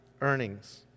earnings